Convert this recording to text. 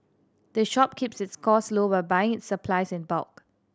the shop keeps its costs low by buying its supplies in bulk